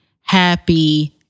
happy